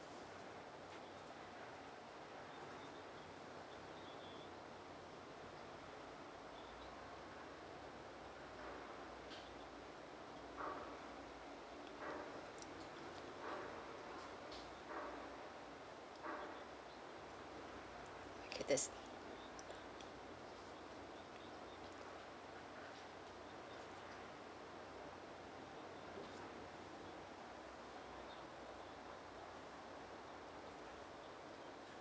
yes